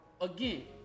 again